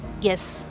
yes